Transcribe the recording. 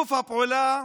שיתוף הפעולה